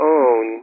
own